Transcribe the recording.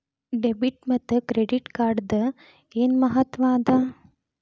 Debit ಮತ್ತ credit ಕಾರ್ಡದ್ ಏನ್ ಮಹತ್ವ ಅದ?